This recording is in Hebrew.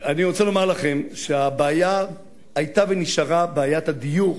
אני רוצה לומר לכם שהבעיה היתה ונשארה בעיית הדיור,